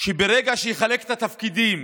שברגע שיחלק את התפקידים